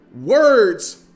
words